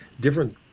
different